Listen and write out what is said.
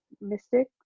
Mystic